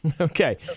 okay